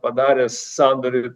padaręs sandorį